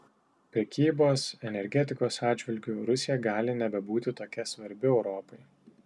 prekybos energetikos atžvilgiu rusija gali nebebūti tokia svarbi europai